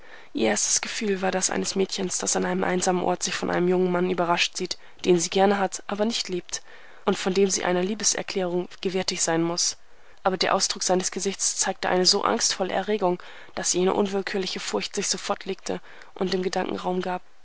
ihr erstes gefühl war das eines mädchens das an einem einsamen ort sich von einem jungen mann überrascht sieht den sie gerne hat aber nicht liebt und von dem sie einer liebeserklärung gewärtig sein muß aber der ausdruck seines gesichts zeigte eine so angstvolle erregung daß jene unwillkürliche furcht sich sofort legte und dem gedanken raum gab